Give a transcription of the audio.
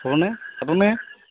থওঁনে কাটোনে